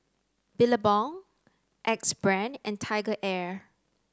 Billabong Axe Brand and TigerAir